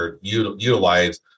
utilize